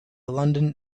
london